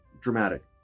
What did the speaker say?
dramatic